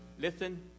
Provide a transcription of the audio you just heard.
listen